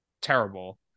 terrible